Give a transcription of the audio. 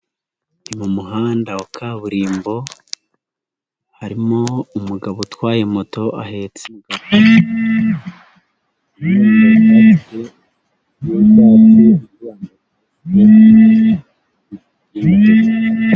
Mu muhanda wa kaburimbo harimo umugabo utwaye moto ahetse.